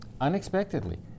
unexpectedly